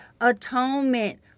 atonement